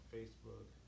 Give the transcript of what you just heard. Facebook